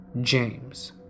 James